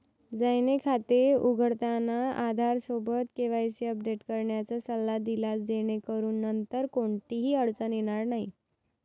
जयने खाते उघडताना आधारसोबत केवायसी अपडेट करण्याचा सल्ला दिला जेणेकरून नंतर कोणतीही अडचण येणार नाही